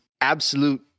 absolute